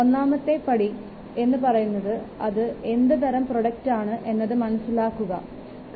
ഒന്നാമത്തെ പടി എന്ന് പറയുന്നത് അത് എന്ത് തരം പ്രോഡക്റ്റ് ആണ് എന്നത് മനസ്സിലാക്കുക എന്നതാണ്